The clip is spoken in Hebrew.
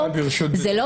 רק אומרת: זה לא